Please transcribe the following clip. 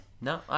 No